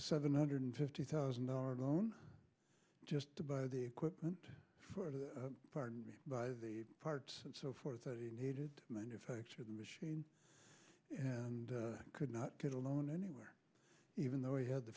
seven hundred fifty thousand dollars loan just to buy the equipment for the pardon me buy the parts and so forth that he needed to manufacture the machine and could not get a loan anywhere even though he had the